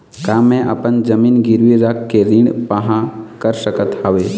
का मैं अपन जमीन गिरवी रख के ऋण पाहां कर सकत हावे?